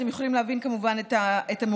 אתם יכולים להבין כמובן את המורכבות.